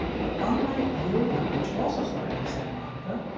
but unlike yoga, which also started in santa monica,